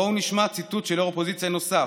בואו נשמע ציטוט של יו"ר אופוזיציה נוסף: